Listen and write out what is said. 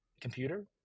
computer